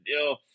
deal